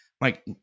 Mike